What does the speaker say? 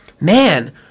man